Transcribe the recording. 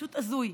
פשוט הזוי.